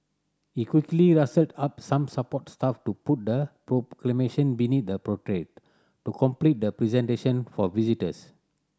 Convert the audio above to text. he quickly rustled up some support staff to put the Proclamation beneath the portrait to complete the presentation for visitors